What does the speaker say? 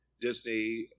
Disney